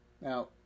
Now